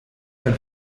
ein